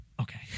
Okay